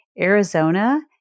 Arizona